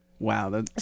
Wow